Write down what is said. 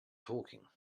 talking